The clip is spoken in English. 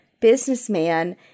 businessman